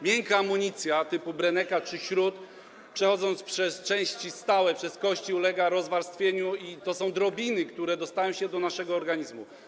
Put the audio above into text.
Miękka amunicja typu breneka czy śrut, przechodząc przez części stałe, przez kości, ulega rozwarstwieniu i to są drobiny, które dostają się do naszego organizmu.